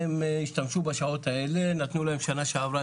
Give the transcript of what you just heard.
הם השתמשו בשעות האלה נתנו להם שנה שעברה,